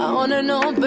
um wanna know, but